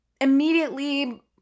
immediately